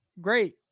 great